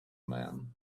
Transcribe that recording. man